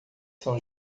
são